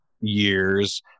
years